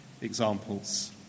examples